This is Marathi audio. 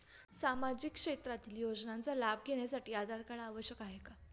सामाजिक क्षेत्रातील योजनांचा लाभ घेण्यासाठी आधार कार्ड आवश्यक आहे का?